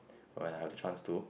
when I have the chance to